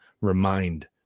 remind